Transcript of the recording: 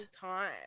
time